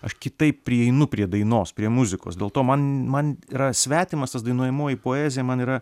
aš kitaip prieinu prie dainos prie muzikos dėl to man man yra svetimas tas dainuojamoji poezija man yra